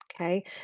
okay